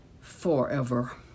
forever